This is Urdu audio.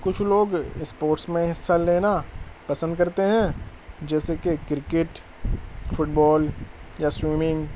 کچھ لوگ اسپورٹس میں حصہ لینا پسند کرتے ہیں جیسے کہ کرکٹ فٹ بال یا سوئمنگ